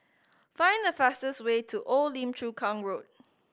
find the fastest way to Old Lim Chu Kang Road